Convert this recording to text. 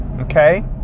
okay